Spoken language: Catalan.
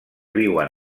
viuen